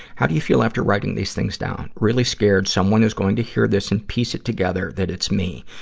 how do you feel after writing these things down? really scared someone is going to hear this and piece it together that it's me.